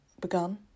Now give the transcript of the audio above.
begun